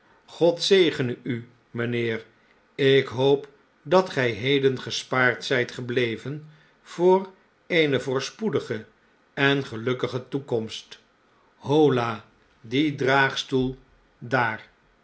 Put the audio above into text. god zegene u mijnheer ik hoop dat gij heden gespaard zijt gebleven voor eene voorspoedige en gelukkige toekomst hola die draagstoel daar